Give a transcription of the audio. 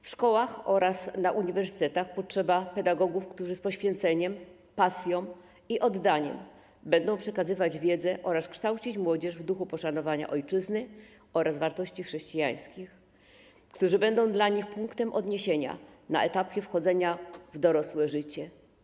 W szkołach oraz na uniwersytetach potrzeba pedagogów, którzy z poświęceniem, pasją i oddaniem będą przekazywać wiedzę oraz kształcić młodzież w duchu poszanowania ojczyzny oraz wartości chrześcijańskich, którzy będą dla nich punktem odniesienia na etapie wchodzenia w dorosłe życie.